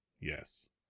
Yes